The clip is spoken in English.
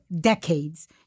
decades